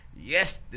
Yes